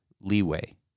leeway